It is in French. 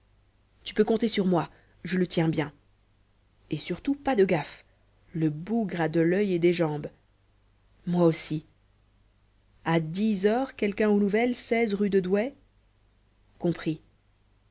tu peux compter sur moi je le tiens bien et surtout pas de gaffe le bougre a de l'oeil et des jambes moi aussi à dix heures quelqu'un aux nouvelles rue de douai compris